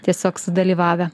tiesiog sudalyvavę